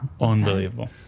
Unbelievable